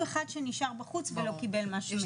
אחד שנשאר בחוץ ולא קיבל מה שמגיע לו.